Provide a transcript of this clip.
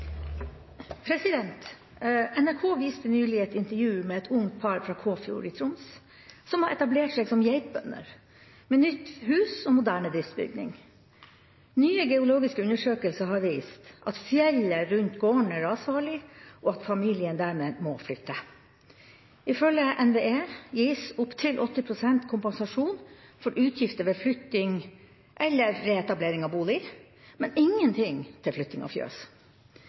moderne driftsbygning. Nye geologiske undersøkelser har vist at fjellet rundt gården er rasfarlig, og at familien dermed må flytte. Ifølge NVE gis 80 pst. kompensasjon for utgifter ved flytting av bolig, men ingenting til flytting av fjøs.